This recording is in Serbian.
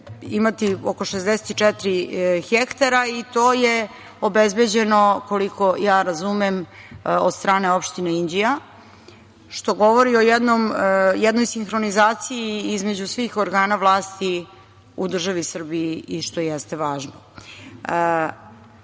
imati oko 64 hektara i to je obezbeđeno, koliko ja razumem, od strane opštine Inđija, što govori o jednoj sinhronizaciji između svih organa vlasti u državi Srbiji, a što jeste važno. Po